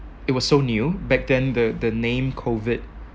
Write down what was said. it was so new back then the the name COVID